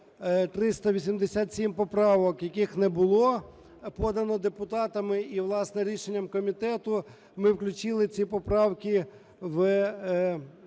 387 поправок, яких не було подано депутатами. І, власне, рішенням комітету ми включили ці поправки в